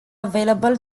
available